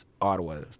Ottawa